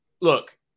look